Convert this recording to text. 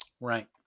Right